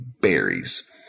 Berries